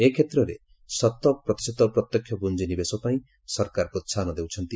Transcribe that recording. ଏ କ୍ଷେତ୍ରରେ ଶତପ୍ରତିଶତ ପ୍ରତ୍ୟକ୍ଷ ପୁଞ୍ଜି ନିବେଶ ପାଇଁ ସରକାର ପ୍ରୋହାହନ ଦେଉଛନ୍ତି